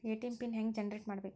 ATM PIN ಹೆಂಗ್ generate ಮಾಡಬೇಕು?